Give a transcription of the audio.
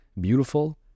beautiful